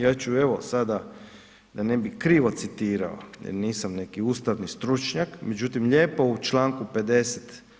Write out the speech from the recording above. Ja ću evo sada, da ne bi krivo citirao jer nisam neki ustavni stručnjak, međutim lijepo u članku 50.